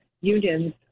unions